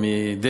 מהקואליציה.